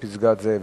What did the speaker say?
בפסגת-זאב,